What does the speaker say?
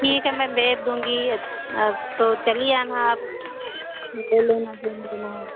ठीक है मैं भेज दूँगी अब तो चली आना आप फिर ले लेना जो लेना हो